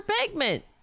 pigment